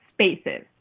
spaces